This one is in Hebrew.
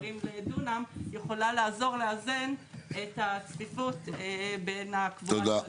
קברים לדונם יכולה לעזור לאזן את הצפיפות בין קבורת השדה.